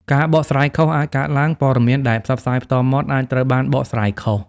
ការបកស្រាយខុស អាចកើតឡើង ព័ត៌មានដែលផ្សព្វផ្សាយផ្ទាល់មាត់អាចត្រូវបានបកស្រាយខុស។